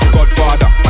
Godfather